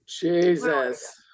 Jesus